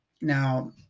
now